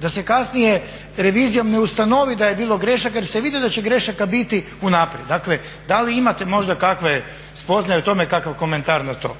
da se kasnije revizijom ne ustanovi da je bilo greška jer se vidi da će grešaka biti unaprijed. Dakle, da li imate možda kakve spoznaje o tome i kakav komentar na to?